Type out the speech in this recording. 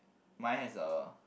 mine has a